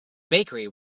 bakery